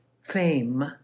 fame